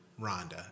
Rhonda